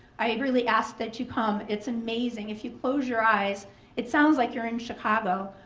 i really ask that you come. it's amazing, if you close your eyes it sounds like you're in chicago.